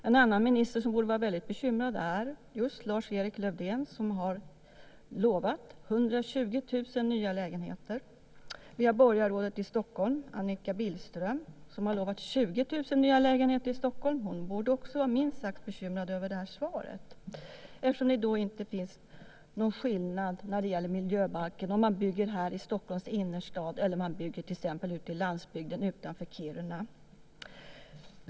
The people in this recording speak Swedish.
En annan minister som borde vara bekymrad är just Lars-Erik Lövdén som har lovat 120 000 nya lägenheter. Borgarrådet i Stockholm, Annika Billström, har lovat 20 000 nya lägenheter i Stockholm. Hon borde också vara bekymrad över det här svaret. Enligt miljöbalken är det ingen skillnad på om man bygger här i Stockholms innerstad eller om man bygger på landsbygden, till exempel utanför Kiruna.